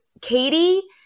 Katie